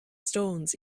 stones